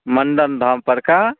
Mandan Dham परका